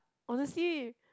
honestly